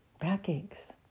backaches